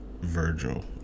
Virgil